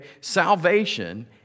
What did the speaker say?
Salvation